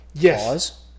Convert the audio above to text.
Yes